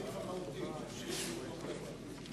ההסתייגות של קבוצת סיעת מרצ וקבוצת סיעת